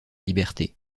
liberté